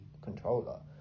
controller